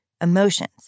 emotions